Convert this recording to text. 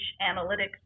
analytics